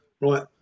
right